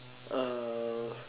uh